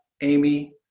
Amy